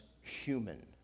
human